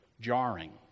jarring